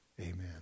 Amen